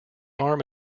arm